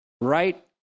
right